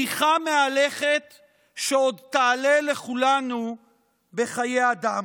בדיחה מהלכת שעוד תעלה לכולנו בחיי אדם.